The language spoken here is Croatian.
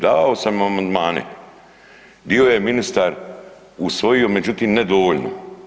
Davao sam amandmane, dio je ministar usvojio, međutim ne dovoljno.